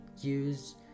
use